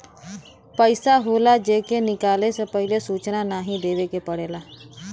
पइसा होला जे के निकाले से पहिले सूचना नाही देवे के पड़ेला